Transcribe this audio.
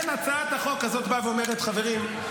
רק פוגלמן אשם --- ולכן הצעת החוק הזאת באה ואומרת: חברים,